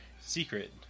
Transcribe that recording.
secret